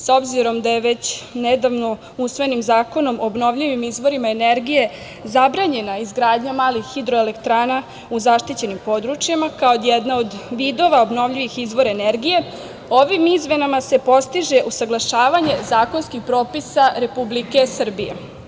S obzirom, da je već nedavno usvojenim Zakonom obnovljivim izvorima energije zabranjena izgradnja malih hidroelektrana u zaštićenim područjima, kao jedna od vidova obnovljivih izvora energije, ovim izmenama se postiže usaglašavanje zakonskih propisa Republike Srbije.